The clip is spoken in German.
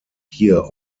hier